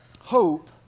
Hope